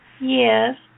Yes